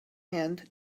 hand